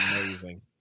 amazing